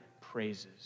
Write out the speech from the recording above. praises